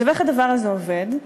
איך הדבר הזה עובד?